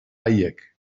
haiek